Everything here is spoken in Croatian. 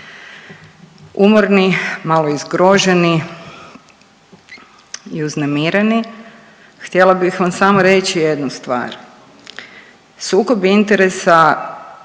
umorno, malo i zgroženi i uznemireni. Htjela bih vam samo reći jednu stvar. Sukob interesa